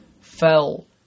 fell